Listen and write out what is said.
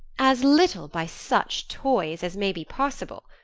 as little by such toys as may be possible.